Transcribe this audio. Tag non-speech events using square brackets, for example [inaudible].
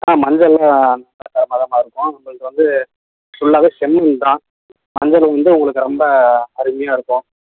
ஆ மஞ்சள் தான் [unintelligible] இருக்கும் உங்களுக்கு வந்து ஃபுல்லாகவே செம்மண் தான் மஞ்சள் வந்து உங்களுக்கு ரொம்ப அருமையாக இருக்கும்